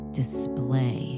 display